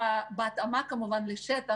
כמובן בהתאמה לשטח,